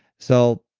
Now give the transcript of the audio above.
so,